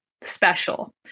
special